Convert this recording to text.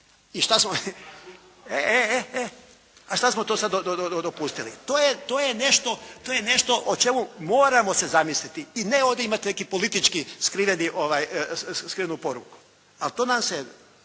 ne čuje./… A šta smo to sad dopustili? To je nešto o čemu moramo se zamisliti i ne ovdje imati neki politički skriveni, skrivenu poruku. A to nam se